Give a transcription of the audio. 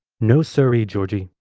no siree, georgie.